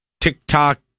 TikTok